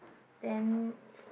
then